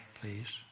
please